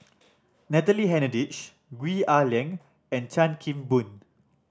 Natalie Hennedige Gwee Ah Leng and Chan Kim Boon